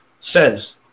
says